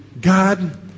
God